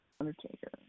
Undertaker